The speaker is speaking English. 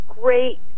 great